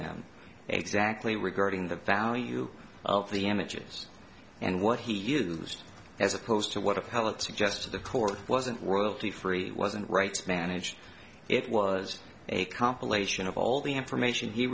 them exactly regarding the value of the images and what he used as opposed to what appellate suggests to the court wasn't worldly free wasn't rights managed it was a compilation of all the information he